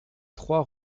trois